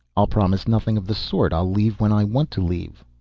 i'll promise nothing of the sort. i'll leave when i want to leave.